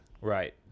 Right